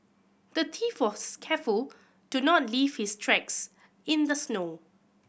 the thief was careful to not leave his tracks in the snow